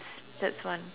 that's one